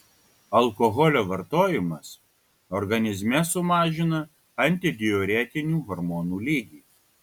alkoholio vartojimas organizme sumažina antidiuretinių hormonų lygį